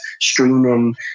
streaming